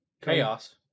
Chaos